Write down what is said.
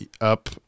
up